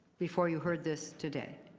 before you heard this today.